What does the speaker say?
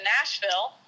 Nashville